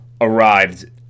arrived